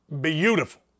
beautiful